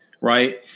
right